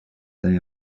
they